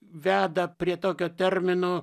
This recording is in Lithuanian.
veda prie tokio termino